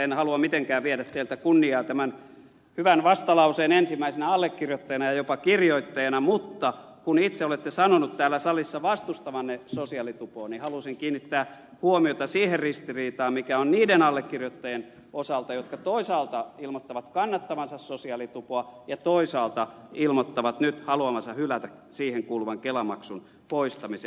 en halua mitenkään viedä teiltä kunniaa tämän hyvän vastalauseen ensimmäisenä allekirjoittajana ja jopa kirjoittajana mutta kun itse olette sanonut täällä salissa vastustavanne sosiaalitupoa niin halusin kiinnittää huomiota siihen ristiriitaan mikä on niiden allekirjoittajien osalta jotka toisaalta ilmoittavat kannattavansa sosiaalitupoa ja toisaalta ilmoittavat nyt haluavansa hylätä siihen kuuluvan kelamaksun poistamisen